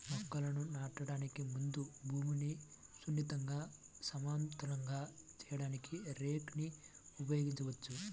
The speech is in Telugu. మొక్కలను నాటడానికి ముందు భూమిని సున్నితంగా, సమతలంగా చేయడానికి రేక్ ని ఉపయోగించవచ్చు